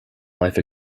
life